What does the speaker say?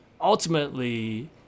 ultimately